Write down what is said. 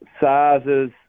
sizes